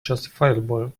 justifiable